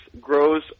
grows